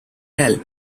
help